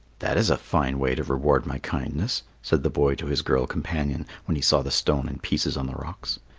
that is a fine way to reward my kindness, said the boy to his girl companion when he saw the stone in pieces on the rocks.